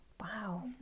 Wow